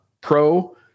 Pro